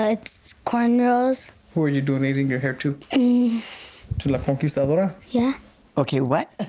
it's cornrows who are you donating your hair to, to la conquistadora? yeah ok, what?